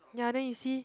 ya there you see